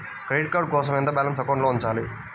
Credit card కోసం ఎంత balance అకౌంట్లో ఉంచాలి?